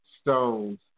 stones